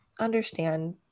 understand